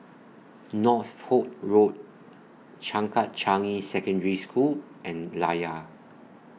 Northolt Road Changkat Changi Secondary School and Layar